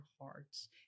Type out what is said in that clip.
hearts